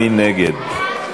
מי נגד?